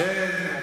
לכן,